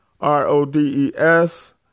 R-O-D-E-S